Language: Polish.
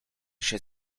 się